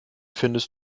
findest